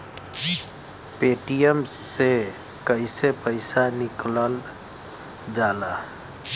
Paytm से कैसे पैसा निकलल जाला?